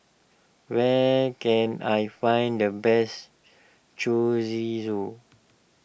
where can I find the best Chorizo